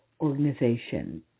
organization